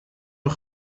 een